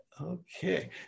Okay